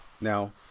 Now